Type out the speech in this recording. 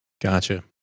gotcha